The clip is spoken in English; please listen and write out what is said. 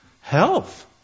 health